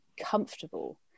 comfortable